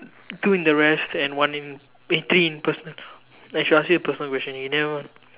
two in the rest and one in eh three in personal I should ask you a personal question you never